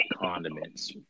condiments